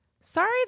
sorry